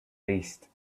least